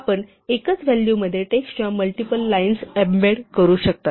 आपण एकाच व्हॅलू मध्ये टेक्स्टच्या मल्टिपल लाईन्स एम्बेड करू शकता